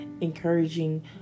encouraging